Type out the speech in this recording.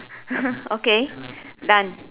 okay done